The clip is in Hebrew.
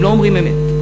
הם לא אומרים אמת.